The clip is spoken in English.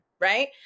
right